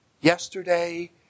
yesterday